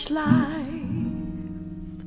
life